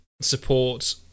support